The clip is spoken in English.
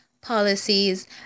policies